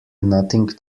nothing